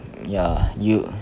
ya you